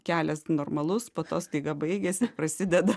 kelias normalus po to staiga baigiasi prasideda